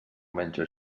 menja